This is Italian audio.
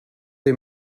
dei